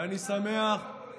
ואני שמח, יש לנו ממשלה אחת.